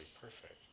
perfect